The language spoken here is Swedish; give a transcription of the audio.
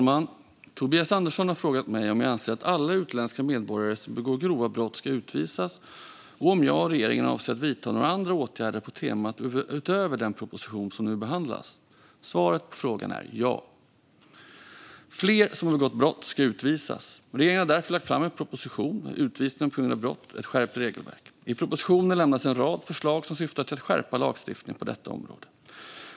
Fru talman! har frågat mig om jag anser att alla utländska medborgare som begår grova brott ska utvisas, och om jag och regeringen avser att vidta några andra åtgärder på temat utöver den proposition som nu behandlas. Svaret på frågan är ja, fler som har begått brott ska utvisas. Regeringen har därför lagt fram propositionen Utvisning på grund av brott - ett skärpt regelverk . I propositionen lämnas en rad förslag som syftar till att skärpa lagstiftningen på detta område.